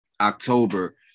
October